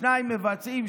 שניים מבצעים,